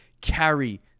carry